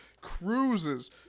cruises